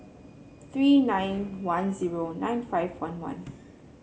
three nine one zero nine five one one